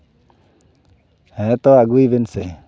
ᱦᱮᱸᱛᱚ ᱟᱹᱜᱩᱭ ᱵᱮᱱ ᱥᱮ